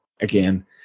again